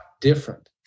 different